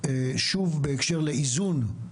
שוב בהקשר לאיזון,